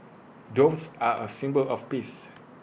doves are A symbol of peace